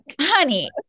Honey